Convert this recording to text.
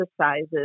exercises